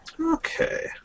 Okay